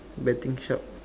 betting shop